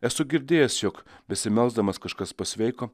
esu girdėjęs jog besimelsdamas kažkas pasveiko